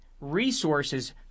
resources